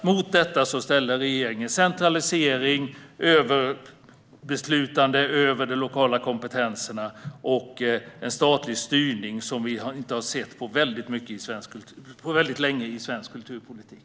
Mot detta ställde regeringen centralisering, beslutande över de lokala kompetenserna och en statlig styrning som vi inte har sett på väldigt länge i svensk kulturpolitik.